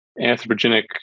anthropogenic